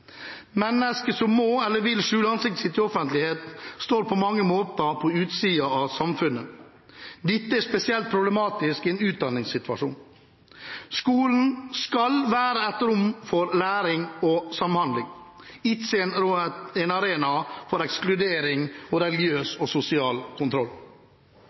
Mennesker som må eller vil skjule ansiktet sitt i offentligheten, står på mange måter på utsiden av samfunnet. Dette er spesielt problematisk i en utdanningssituasjon. Skolen skal være en arena for læring og samhandling, ikke en arena for ekskludering og religiøs og sosial kontroll.